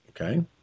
Okay